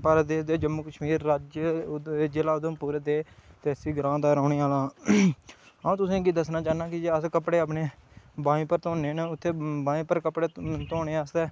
भारत देश दे जम्मू कश्मीर राज्य जिला उधमपुर दे देआसी ग्रांऽ दा रौह्ने आह्ला आं अं'ऊ तुसेंगी दस्सना चाह्न्नां के कपड़े अपने बाईं पर धोने न बाईं पर धोने असें